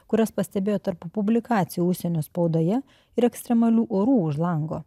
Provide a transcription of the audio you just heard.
kurias pastebėjo tarp publikacijų užsienio spaudoje ir ekstremalių orų už lango